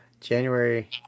January